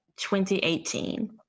2018